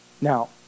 Now